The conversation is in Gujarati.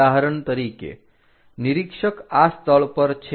ઉદાહરણ તરીકે નિરીક્ષક આ સ્થળ પર છે